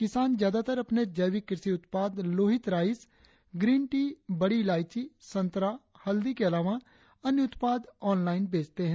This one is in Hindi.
किसान ज्यादातर अपने जैविक कृषि उत्पाद लोहित राइस ग्रीन टी बड़ी इलायची संतरा हल्दी के अलावा अन्य उत्पाद ऑनलाईन बेचते है